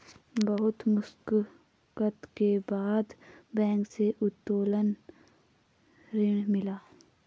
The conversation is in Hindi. बहुत मशक्कत के बाद बैंक से उत्तोलन ऋण मिला है